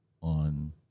on